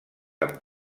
amb